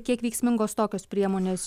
kiek veiksmingos tokios priemonės